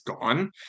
gone